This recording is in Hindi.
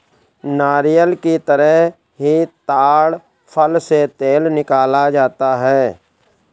नारियल की तरह ही ताङ फल से तेल निकाला जाता है